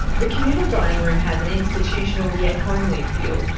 the communal dining room has an institutional, yet homely feel.